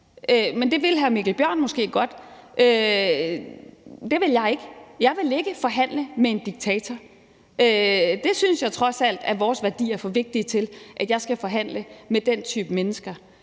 men det vil hr. Mikkel Bjørn måske godt. Det vil jeg ikke. Jeg vil ikke forhandle med en diktator. Jeg synes trods alt, at vores værdier er for vigtige til, at jeg skal forhandle med den type mennesker.